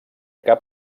cap